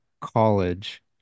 college